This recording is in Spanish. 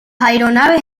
aeronaves